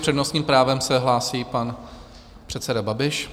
S přednostním právem se hlásí pan předseda Babiš.